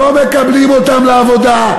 לא מקבלים אותם לעבודה.